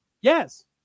yes